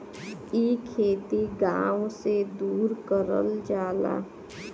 इ खेती गाव से दूर करल जाला